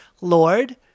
Lord